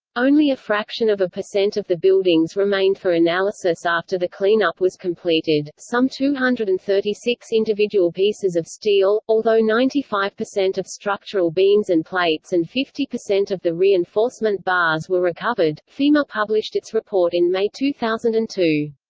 only a fraction of a percent of the buildings remained for analysis after the cleanup was completed some two hundred and thirty six individual pieces of steel, although ninety five percent of structural beams and plates and fifty percent of the reinforcement bars were recovered fema published its report in may two thousand and two.